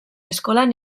eskolan